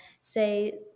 say